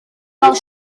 gael